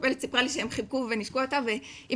המטפלת סיפרה לי שהם חיבקו ונישקו אותה והיא